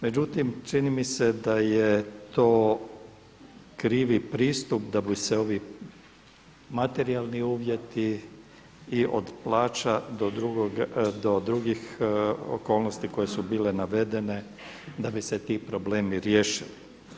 Međutim, čini mi se da je to krivi pristup da bi se ovi materijalni uvjeti i od plaća do drugih okolnosti koje su bile navedene da bi se ti problemi riješili.